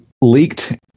leaked